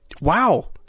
Wow